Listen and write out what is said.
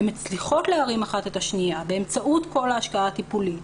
הן מצליחות להרים אחת את השנייה באמצעות כל ההשקעה הטיפולית.